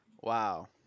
Wow